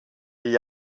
gli